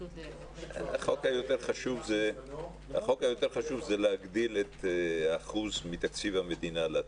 החוק היותר חשוב זה להגדיל את האחוז מתקציב המדינה לתרומות.